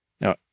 Now